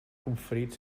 conferit